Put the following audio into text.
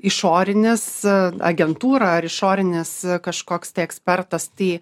išorinis a agentūra ar išorinis kažkoks tai ekspertas tai